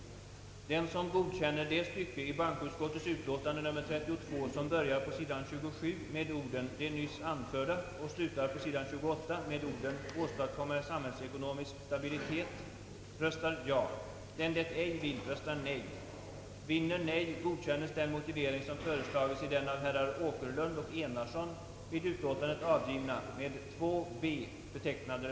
Den, som godkänner det stycke i hbankoutskottets utlåtande nr 32, som börjar på sid. 27 med orden »De nyss anförda» och slutar på sid. 28 med »åstadkomma samhällsekonomisk stabilitet», röstar